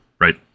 right